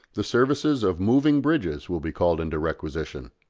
the services of moving bridges will be called into requisition.